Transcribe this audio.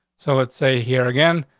so it's a here again.